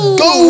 go